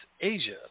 Asia